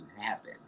happen